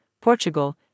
Portugal